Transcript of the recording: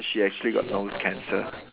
she actually got nose cancer